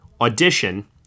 Audition